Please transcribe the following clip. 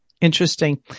Interesting